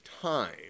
time